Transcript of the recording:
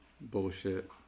bullshit